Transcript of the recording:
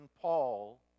Paul